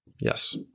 Yes